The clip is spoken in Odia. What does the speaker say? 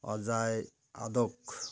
ଅଜୟ ଆଦୋକ